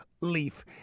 leaf